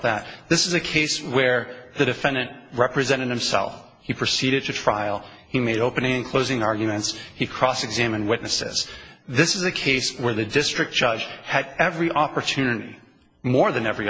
that this is a case where the defendant represented himself he proceeded to trial he made opening closing arguments he cross examine witnesses this is a case where the district judge had every opportunity more than every